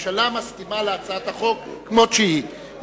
הממשלה מסכימה להצעת החוק כמו שהיא,